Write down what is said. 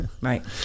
right